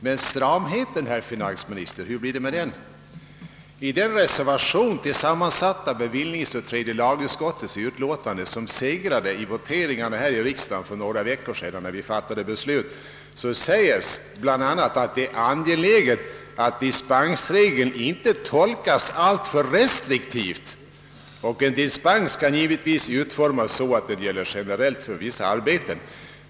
Men stramheten, herr finansminister, hur blir det med den? I den reservation till sammansatta bevillningsoch tredje lagutskottets utlåtande som segrade vid voteringarna här i riksdagen för några veckor sedan, när vi fattade beslut, står bl.a. att det är angeläget att dispensregeln inte tolkas alltför restriktivt, och en dispens kan givetvis utformas så, att den gäller generellt för vissa arbeten.